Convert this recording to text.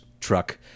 truck